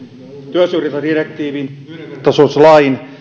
työsyrjintädirektiivin yhdenvertaisuuslain